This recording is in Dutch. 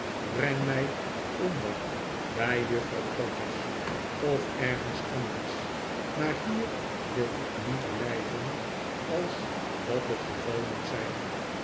breng mij onder bij juffrouw todgers of ergens anders maar hier wil ik niet blijven als dat het geval moet zijn